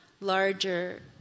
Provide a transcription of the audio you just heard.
larger